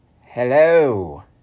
Hello